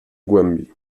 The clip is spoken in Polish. głębi